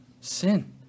sin